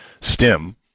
stem